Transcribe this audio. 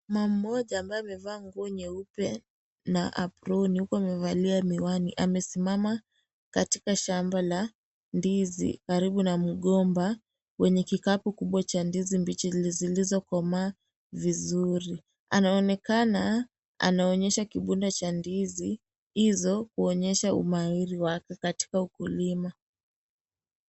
Mama mmoja ambaye amevaa nguo nyeupe na aproni huku amevalia mihiwani amesimama katika shamba la ndizi karibu na mgomba mwenye kikabu kikubwa cha ndizi mbichi zilizo komaa vizuri, anaonekana anaonyesha kibunda cha ndizi hizo kuonyesha umahiri wake katika ukulima.